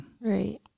Right